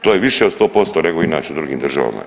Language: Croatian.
To je više od 100% nego inače u drugim državama.